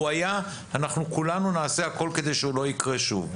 הוא היה, כולנו נעשה הכול כדי שזה לא יקרה שוב.